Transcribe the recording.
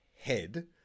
head